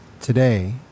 today